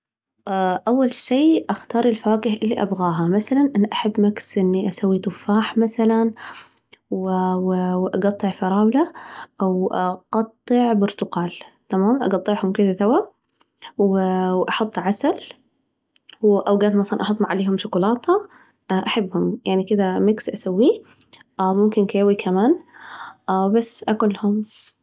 أول شي أختار الفواكه اللي أبغاها، مثلاً أنا أحب مكس إني أسوي تفاح مثلاً وأجطع فراولة أو أقطع برتقال، تمام؟ أجطعهم كذا سوا، و وأحط عسل، وأوجات مثلاً أحط عليهم شوكولاتة، أحبهم يعني كذا مكس أسويه، ممكن كيوي كمان، بس أكلهم.